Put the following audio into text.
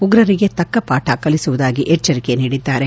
ಉಗ್ರರಿಗೆ ತಕ್ಕ ಪಾರ ಕಲಿಸುವುದಾಗಿ ಎಚ್ಚರಿಕೆ ನೀಡಿದ್ದಾರೆ